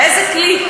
באיזה כלי?